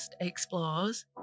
explores